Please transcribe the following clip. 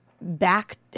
back